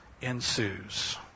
ensues